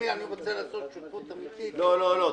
אני רוצה לעשות שותפות אמיתית --- לא, לא.